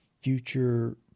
future